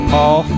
Paul